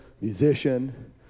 musician